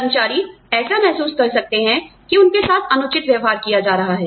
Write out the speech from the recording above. कर्मचारी ऐसा महसूस कर सकते हैं कि उनके साथ अनुचित व्यवहार किया जा रहा है